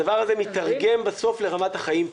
הדבר הזה מתרגם בסוף לרמת החיים פה.